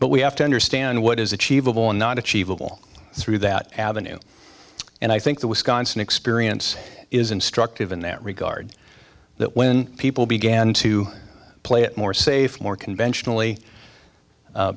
but we have to understand what is achievable and not achievable through that avenue and i think the wisconsin experience is instructive in that regard that when people began to play it more safe more conventionally